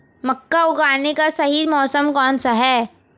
मक्का उगाने का सही मौसम कौनसा है?